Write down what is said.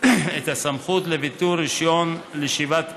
את הסמכות לביטול רישיון לישיבת קבע,